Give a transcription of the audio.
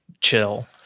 chill